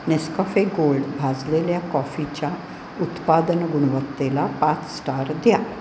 Nescafe gold भाजलेल्या कॉफीच्या उत्पादन गुणवत्तेला पाच स्टार द्या